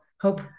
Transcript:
hope